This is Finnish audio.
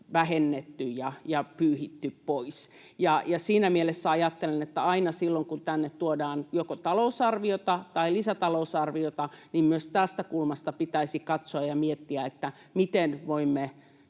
vähennetty ja pyyhitty pois. Siinä mielessä ajattelen, että aina silloin, kun tänne tuodaan joko talousarviota tai lisätalousarviota, niin myös tästä kulmasta pitäisi katsoa ja miettiä, että miten voimme